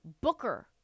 Booker